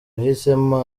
yahisemo